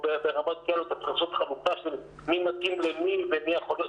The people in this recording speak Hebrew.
אתה צריך לעשות חלוקה של מי מתאים למי ומי יכול להיות,